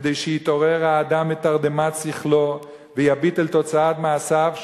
כדי שיתעורר האדם מתרדמת שכלו ויביט אל תוצאת מעשיו,